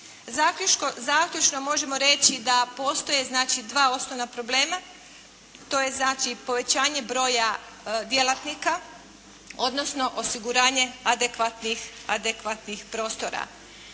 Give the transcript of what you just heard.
Zaključno možemo reći da postoje znači dva osnovna problema. To je znači povećanje broja djelatnika, odnosno osiguranje adekvatnih prostora,